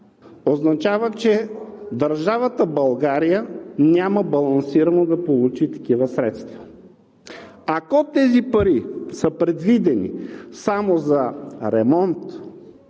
означава, че държавата България няма балансирано да получи такива средства. Ако тези пари са предвидени само за ремонт